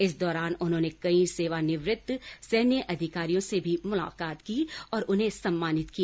इस दौरान उन्होंने कई सेवा निवृत्त सैन्य अधिकारियों से भी मुलाकात की और उन्हें सम्मानित किया